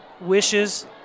wishes